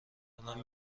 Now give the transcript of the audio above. الان